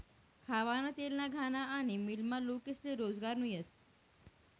खावाना तेलना घाना आनी मीलमा लोकेस्ले रोजगार मियस